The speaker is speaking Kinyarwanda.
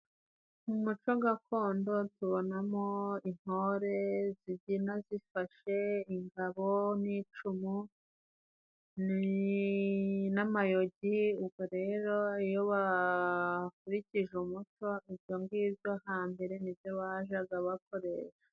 Mu muco gakondo, tubonamo intore zibyina zifashe ingabo n'icumu n'amayogi. Ubwo rero iyo bakurikije amuco, ibyongibyo hambere nibyo bajaga bakoresha.